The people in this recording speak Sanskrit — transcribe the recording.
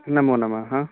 नमो नमः